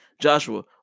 Joshua